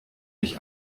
mich